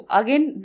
again